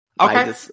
Okay